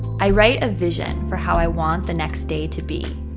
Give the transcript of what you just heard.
i write a vision for how i want the next day to be.